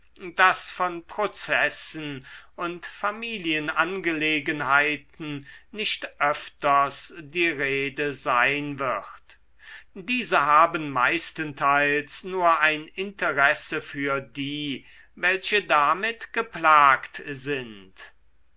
daß von prozessen und familienangelegenheiten nicht öfters die rede sein wird diese haben meistenteils nur ein interesse für die welche damit geplagt sind